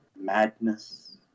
madness